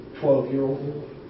Twelve-year-old